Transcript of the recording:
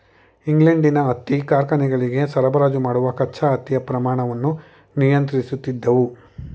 ಇಂಗ್ಲೆಂಡಿನ ಹತ್ತಿ ಕಾರ್ಖಾನೆಗಳಿಗೆ ಸರಬರಾಜು ಮಾಡುವ ಕಚ್ಚಾ ಹತ್ತಿಯ ಪ್ರಮಾಣವನ್ನು ನಿಯಂತ್ರಿಸುತ್ತಿದ್ದವು